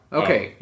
okay